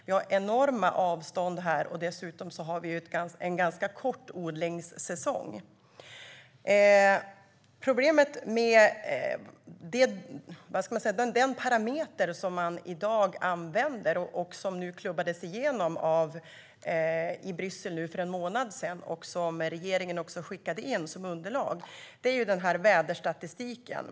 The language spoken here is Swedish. Vi har enorma avstånd här och dessutom en ganska kort odlingssäsong. Problemet med den parameter som man i dag använder, som klubbades igenom i Bryssel för en månad sedan och som regeringen skickade in som underlag är väderstatistiken.